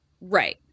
Right